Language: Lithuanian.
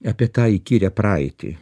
apie tą įkyrią praeitį